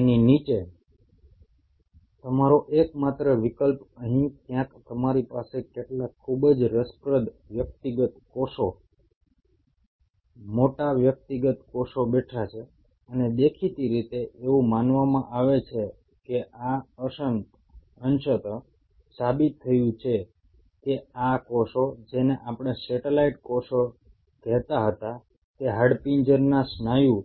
તેની નીચે તમારો એકમાત્ર વિકલ્પ અહીં ક્યાંક તમારી પાસે કેટલાક ખૂબ જ રસપ્રદ વ્યક્તિગત કોષો મોટા વ્યક્તિગત કોષો બેઠા છે અને દેખીતી રીતે એવું માનવામાં આવે છે કે આ અંશત સાબિત થયું છે કે આ કોષો જેને આપણે સેટેલાઇટ કોષો કહેતા હતા તે હાડપિંજરના સ્નાયુ